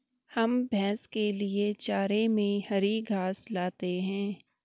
हम भैंस के लिए चारे में हरी घास लाते हैं